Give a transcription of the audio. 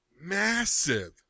massive